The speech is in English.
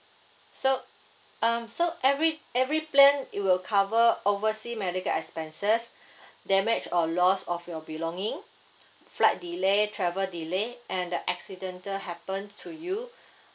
so um so every every plan it will cover oversea medical expenses damage or loss of your belonging flight delay travel delay and the accidental happen to you